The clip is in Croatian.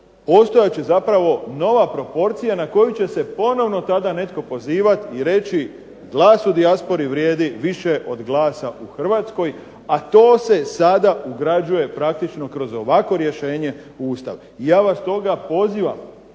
postojat će zapravo nova proporcija na koju će se ponovno tada netko pozivati i reći glas u dijaspori vrijedi više od glasa u Hrvatskoj. A to se sada ugrađuje praktično kroz ovakvo rješenje u Ustav. I ja vas stoga pozivam